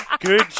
Good